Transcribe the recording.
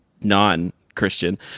non-Christian